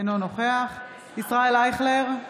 אינו נוכח ישראל אייכלר,